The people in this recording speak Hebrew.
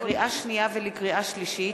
לקריאה שנייה ולקריאה שלישית: